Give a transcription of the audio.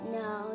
no